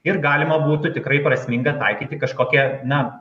ir galima būtų tikrai prasminga taikyti kažkokią na